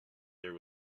there